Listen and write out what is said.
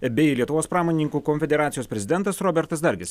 bei lietuvos pramonininkų konfederacijos prezidentas robertas dargis